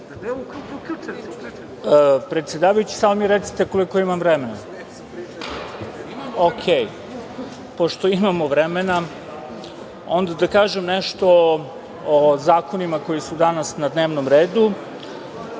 Predsedavajući, samo mi recite koliko imam vremena. Pošto imamo vremena, onda da kažem nešto o zakonima koji su danas na dnevnom redu.